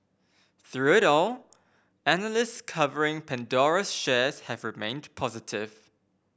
through it all analysts covering Pandora's shares have remained positive